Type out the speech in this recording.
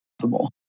possible